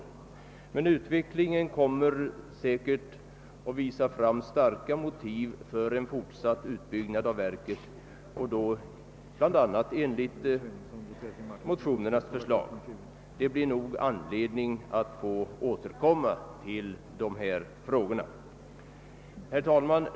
Men utvecklingen kommer säkert att visa, att det finns starka motiv för en fortsatt utbyggnad av verket, bl.a. enligt förslagen i motionen. Det blir nog anledning att återkomma till dessa frågor. Herr talman!